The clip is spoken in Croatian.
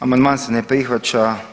Amandman se ne prihvaća.